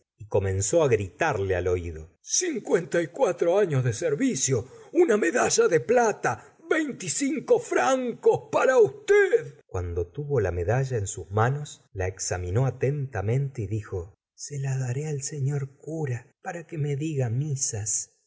y comenzó á gritarle al oído cincuenta y cuatro anos de servicio una medalla de plata veinticinco francos para usted cuando tuvo la medalla en sus manos la examinó atentamente y dijo se la daré al sefior cura para que me diga misas